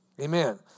Amen